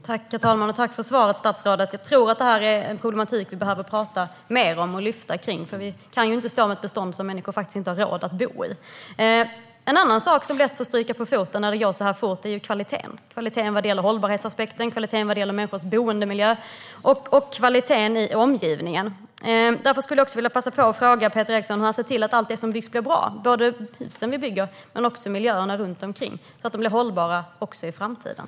Herr talman! Tack för svaret, statsrådet! Jag tror att detta är en problematik vi behöver tala mer om och lyfta. Vi kan inte stå med ett bestånd som människor inte har råd att bo i. En annan sak som lätt får stryka på foten när det går så här fort är kvaliteten; det gäller hållbarhetsaspekten, människors boendemiljö och omgivningen. Därför skulle jag också vilja passa på att fråga Peter Eriksson hur han ser till att allt det som byggs blir bra och hållbart även i framtiden, både husen vi bygger och miljöerna runt omkring.